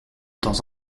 temps